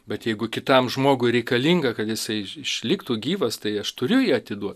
bet jeigu kitam žmogui reikalinga kad jisai išliktų gyvas tai aš turiu jį atiduot